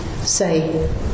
say